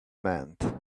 meant